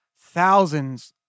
thousands